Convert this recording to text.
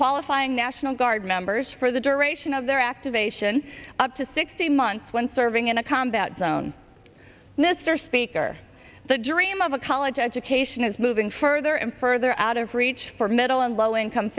qualifying national guard members for the duration of their activation up to sixteen months when serving in a combat zone mr speaker the dream of a college education is moving further and further out of reach for middle and low income